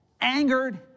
angered